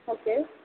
okay